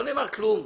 לא נאמר כלום.